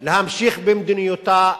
להמשיך במדיניותה,